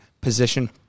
position